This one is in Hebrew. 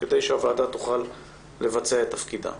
כדי שהוועדה תוכל לבצע את תפקידה.